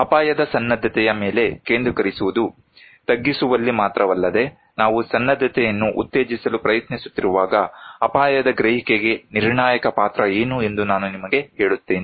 ಅಪಾಯದ ಸನ್ನದ್ಧತೆಯ ಮೇಲೆ ಕೇಂದ್ರೀಕರಿಸುವುದು ತಗ್ಗಿಸುವಲ್ಲಿ ಮಾತ್ರವಲ್ಲದೆ ನಾವು ಸನ್ನದ್ಧತೆಯನ್ನು ಉತ್ತೇಜಿಸಲು ಪ್ರಯತ್ನಿಸುತ್ತಿರುವಾಗ ಅಪಾಯದ ಗ್ರಹಿಕೆಗೆ ನಿರ್ಣಾಯಕ ಪಾತ್ರ ಏನು ಎಂದು ನಾನು ನಿಮಗೆ ಹೇಳುತ್ತೇನೆ